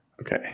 Okay